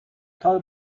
thought